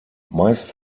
meist